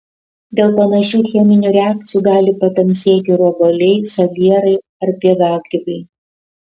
dėl panašių cheminių reakcijų gali patamsėti ir obuoliai salierai ar pievagrybiai